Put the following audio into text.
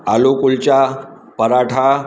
आलू कुलचा परांठा